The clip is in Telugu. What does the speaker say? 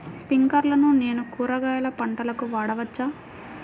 స్ప్రింక్లర్లను నేను కూరగాయల పంటలకు వాడవచ్చా?